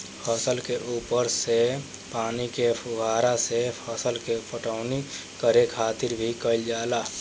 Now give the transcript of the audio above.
फसल के ऊपर से पानी के फुहारा से फसल के पटवनी करे खातिर भी कईल जाला